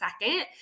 second